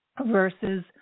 Versus